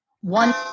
one